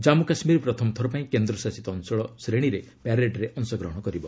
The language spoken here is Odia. ଜନ୍ମୁ କାଶ୍ମୀର ପ୍ରଥମ ଥରପାଇଁ କେନ୍ଦ୍ରଶାସିତ ଅଞ୍ଚଳ ଶ୍ରେଣୀରେ ପ୍ୟାରେଡ୍ରେ ଅଂଶଗ୍ରହଣ କରିବ